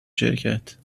شرکت